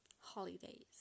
holidays